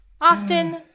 Austin